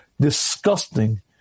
disgusting